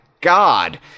god